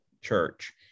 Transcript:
Church